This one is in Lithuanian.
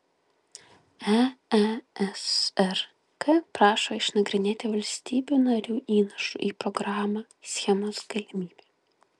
eesrk prašo išnagrinėti valstybių narių įnašų į programą schemos galimybę